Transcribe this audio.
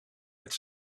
het